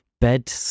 bed